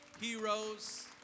heroes